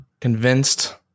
convinced